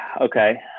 Okay